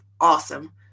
awesome